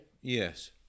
Yes